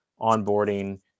onboarding